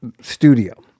studio